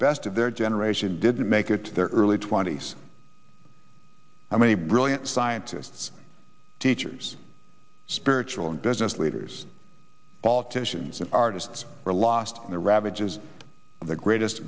best of their generation didn't make it to their early twenty's and many brilliant scientists teachers spiritual and business leaders politicians and artists are lost in the ravages of the greatest